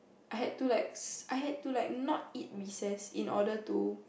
I had to like s~ I had to like not eat recess in order to